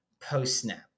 post-snap